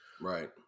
Right